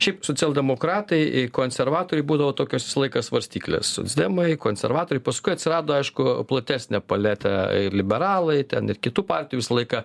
šiaip socialdemokratai konservatoriai būdavo tokios visą laiką svarstyklės socdemai konservatoriai paskui atsirado aišku platesnė paletė ir liberalai ten ir kitų partijų visą laiką